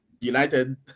United